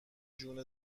جون